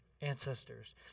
ancestors